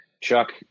Chuck